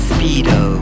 Speedo